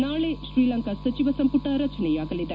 ನಾಳೆ ಶ್ರೀಲಂಕಾ ಸಚಿವ ಸಂಮಟ ರಚನೆಯಾಗಲಿದೆ